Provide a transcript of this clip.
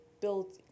build